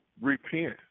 repent